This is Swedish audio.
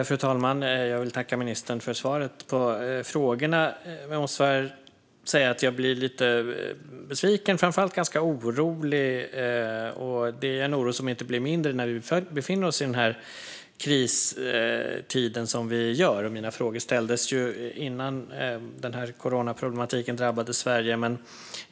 Fru talman! Jag tackar ministern för svaret. Men jag blir lite besviken och framför allt ganska orolig. Det är en oro som inte blir mindre av den kristid vi befinner oss i. Mina frågor ställdes ju innan coronaproblematiken drabbade Sverige.